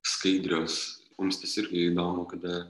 skaidrios mums tas ir įdomu kada